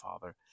Father